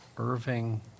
Irving